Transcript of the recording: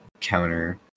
counter